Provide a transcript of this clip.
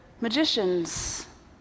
magicians